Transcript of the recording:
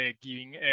giving